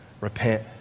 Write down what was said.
Repent